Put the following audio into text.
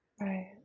right